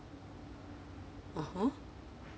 (uh huh)